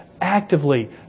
Actively